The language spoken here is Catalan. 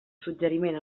suggeriment